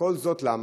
וכל זאת למה?